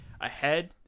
ahead